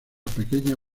pequeña